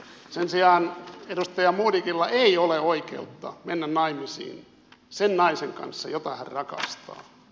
sen sijaan edustaja modigilla ei ole oikeutta mennä naimisiin sen naisen kanssa jota hän rakastaa